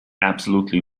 absolutely